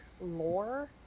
lore